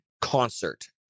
concert